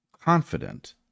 confident